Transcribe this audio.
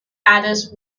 others